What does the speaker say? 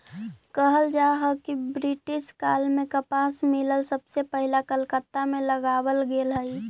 कहल जा हई कि ब्रिटिश काल में कपास मिल सबसे पहिला कलकत्ता में लगावल गेले हलई